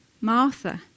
Martha